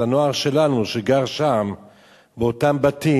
אז הנוער שלנו שגר שם באותם בתים,